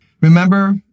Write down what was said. Remember